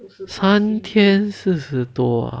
三天四十多啊